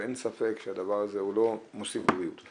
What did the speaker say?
ואין ספק שהדבר הזה הוא לא מוסיף בריאות.